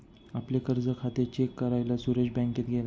आपले कर्ज खाते चेक करायला सुरेश बँकेत गेला